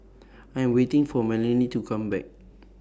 I Am waiting For Melany to Come Back